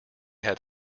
had